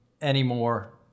anymore